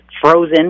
frozen